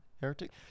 Heretic